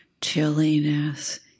chilliness